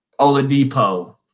Oladipo